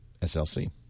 SLC